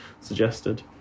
suggested